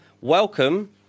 Welcome